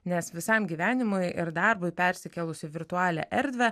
nes visam gyvenimui ir darbui persikėlus į virtualią erdvę